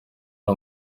ari